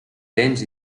béns